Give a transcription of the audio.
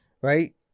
Right